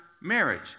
marriage